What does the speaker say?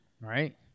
Right